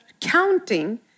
counting